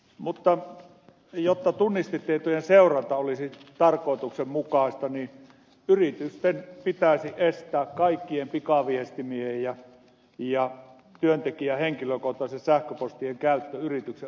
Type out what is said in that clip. mutta jotta tunnistetietojen seuranta olisi tarkoituksenmukaista yritysten pitäisi estää kaikkien pikaviestimien ja työntekijän henkilökohtaisten sähköpostien käyttö yrityksen ulkopuolella